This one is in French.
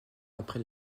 après